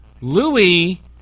Louis